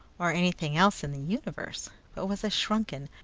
or anything else in the universe, but was a shrunken,